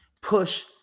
push